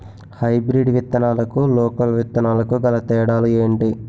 Hybrid విత్తనాలకు local విత్తనాలకు గల తేడాలు ఏంటి?